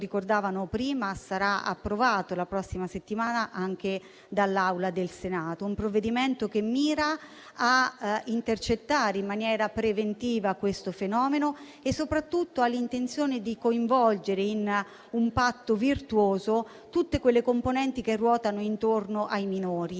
Un provvedimento che mira a intercettare in maniera preventiva questo fenomeno, che soprattutto ha l'intenzione di coinvolgere in un patto virtuoso tutte le componenti che ruotano intorno ai minori,